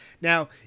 Now